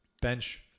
bench